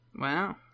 Wow